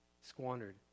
squandered